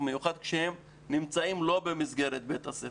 המיוחד כשהם נמצאים לא במסגרת בית הספר.